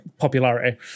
popularity